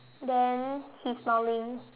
then he's smiling